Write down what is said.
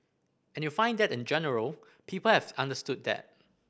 and you find that in general people have understood that